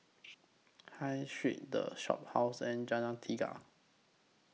High Street The Shophouse and Jalan Tiga